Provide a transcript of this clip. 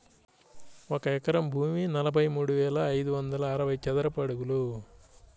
ఒక ఎకరం భూమి నలభై మూడు వేల ఐదు వందల అరవై చదరపు అడుగులు